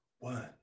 One